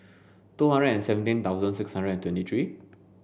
two hundred and seventeen thousand six hundred and twenty three